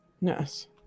Yes